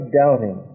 doubting